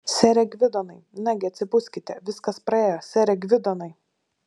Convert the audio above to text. sere gvidonai nagi atsibuskite viskas praėjo sere gvidonai